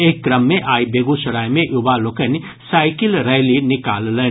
एहि क्रम मे आइ बेगूसराय मे युवा लोकनि साईकिल रैली निकाललनि